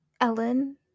Ellen